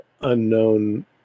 unknown